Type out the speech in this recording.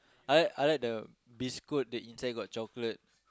I I like the biscuit that inside got chocolate